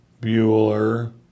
Bueller